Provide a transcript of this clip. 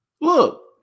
Look